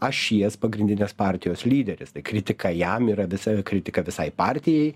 ašies pagrindinės partijos lyderis tai kritika jam yra visa kritika visai partijai